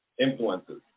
influences